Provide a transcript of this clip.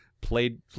played